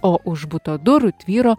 o už buto durų tvyro